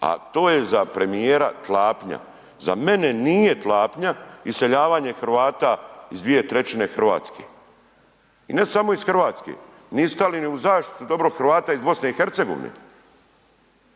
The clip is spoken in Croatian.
A to je za premijera klapnja. Za mene nije klapnja, iseljavanja Hrvata iz 2/3 Hrvatske. I ne samo iz Hrvatske. Nisu stali ni u zaštitu dobro Hrvata iz BiH jer i oni